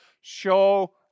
Show